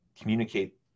communicate